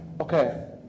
okay